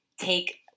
take